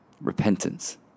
repentance